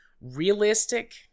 realistic